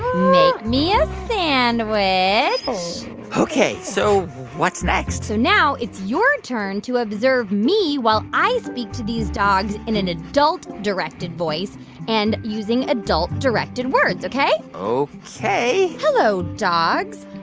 make me a sandwich ok, so what's next? so now it's your turn to observe me while i speak to these dogs in an adult-directed voice and using adult-directed words, ok? ok hello, dogs.